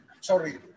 sorry